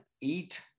eat